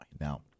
Now